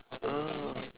oh